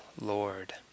lord